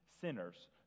Sinners